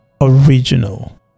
original